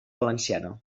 valenciana